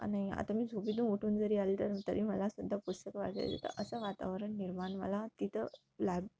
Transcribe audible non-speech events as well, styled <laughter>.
आ नाही आता मी झोपेतून उठून जरी आले तर तरी मलासुद्धा पुस्तक <unintelligible> असं वातावरण निर्माण मला तिथं लॅब